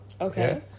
Okay